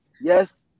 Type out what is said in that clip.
Yes